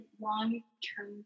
long-term